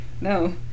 No